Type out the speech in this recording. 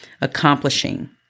accomplishing